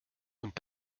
und